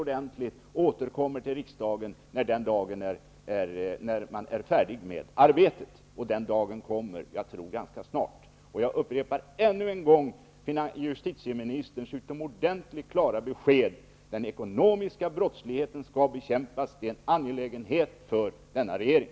När man sedan är färdig med sitt arbete får man återkomma till riksdagen. Jag tror att den dagen kommer ganska snart. Jag upprepar ännu en gång justitieministerns utomordentligt klara besked: Den ekonomiska brottsligheten skall bekämpas. Det är en angelägenhet för denna regering.